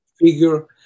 figure